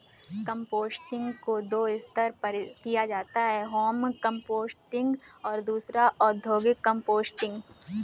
composting को दो स्तर पर किया जाता है होम कंपोस्टिंग और दूसरा औद्योगिक कंपोस्टिंग